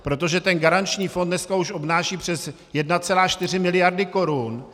Protože ten garanční fond dneska už obnáší přes 1,4 mld. korun.